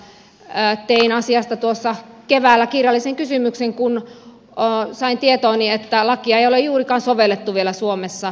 tein asiasta keväällä kirjallisen kysymyksen kun sain tietooni että lakia ei ole juurikaan sovellettu vielä suomessa